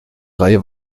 reihe